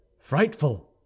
frightful